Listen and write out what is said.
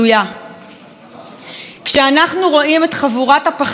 כשאנחנו רואים את חבורת הפחדנים וחסרי החוליות,